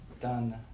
done